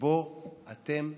שאתם נוקטים.